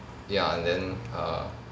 ya and then err